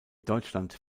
deutschland